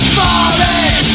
falling